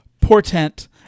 portent